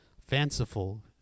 fanciful